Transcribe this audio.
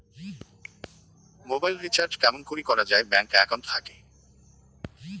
Mobile recharge কেমন করি করা যায় ব্যাংক একাউন্ট থাকি?